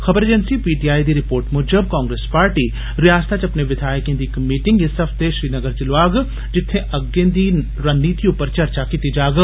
खबर agency PTI दी report मुजब कांग्रेस पार्टी रिआसता च अपने विघायकें दी इक मीटिंग इस हफ्ते श्रीनगर च लोआग जित्थें अग्गें दी रणनीति उप्पर चर्चा कीती जाग